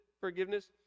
forgiveness